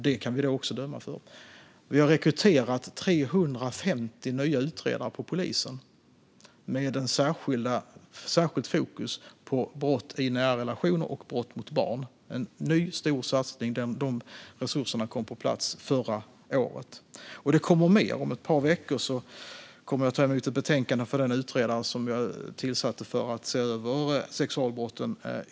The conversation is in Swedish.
Vi har dessutom rekryterat 350 nya utredare på polisen med särskilt fokus på brott i nära relationer och brott mot barn. Det är en ny, stor satsning, och resurserna kom på plats förra året. Det kommer mer. Om ett par veckor kommer jag att ta emot ett betänkande av den utredare som vi tillsatte för att ytterligare se över sexualbrotten.